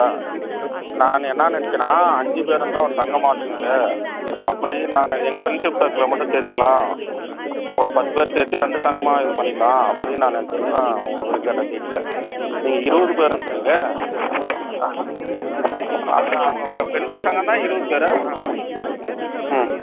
ஆ நான் என்ன நினைச்சேன்னா அஞ்சுப் பேர் இருந்தால் ஒரு சங்கமாட்டிருக்குது அப்படி நாங்கள் எங்கள் ஃப்ரெண்ஷிப் சர்க்குளில் மட்டும் சேர்த்திட்லாம் ஒரு பத்துப் பேர் சேர்த்தி ரெண்டு சங்கமாக இது பண்ணிக்கலாம் அப்படின்னு நான் நினச்சிட்டு தான் உங்கள் கிட்டே கேட்டேன் டீட்டெய்ல்லு நீங்கள் இருபது பேருன்ட்கிறீங்க அது அவங்க பெ பெண்கள் சங்கம் தான் இருபது பேர் ஆ ம்